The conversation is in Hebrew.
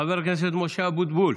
חבר הכנסת משה אבוטבול,